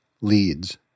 leads